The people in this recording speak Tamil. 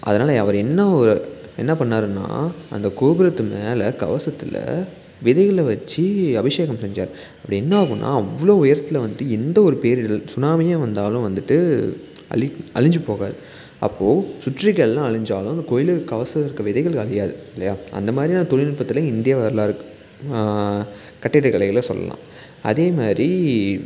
அதனால அவரு என்ன என்ன பண்ணிணாருன்னா அந்த கோபுரத்துமேல கவசத்தில் விதைகளை வச்சி அபிஷேகம் செஞ்சாரு அப்படி என்ன ஆகும்னா அவ்வளோ உயரத்தில் வந்துட்டு எந்த ஒரு பேரிடர்கள் சுனாமியே வந்தாலும் வந்துட்டு அழி அழிந்து போகாது அப்போ சுற்றி இருக்க எல்லாம் அழிஞ்சாலும் அந்த கோயிலில் கவசம் இருக்க விதைகள் அழியாது இல்லையா அந்தமாதிரியான தொழில்நுட்பத்துல இந்திய வரலாறு கட்டிடக்கலைகளை சொல்லலாம் அதேமாதிரி